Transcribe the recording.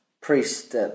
priest